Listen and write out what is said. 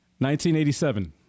1987